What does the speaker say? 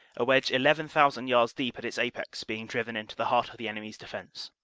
a wedge eleven thousand yards deep at its apex being driven into the heart of the enemy's defense.